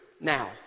now